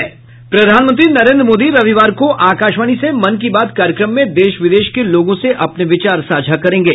प्रधानमंत्री नरेन्द्र मोदी रविवार को आकाशवाणी से मन की बात कार्यक्रम में देश विदेश के लोगों से अपने विचार साझा करेंगे